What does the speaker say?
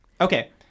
okay